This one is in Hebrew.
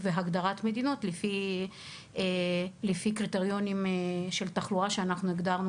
והגדרת מדינות לפי קריטריונים של תחלואה שאנחנו הגדרנו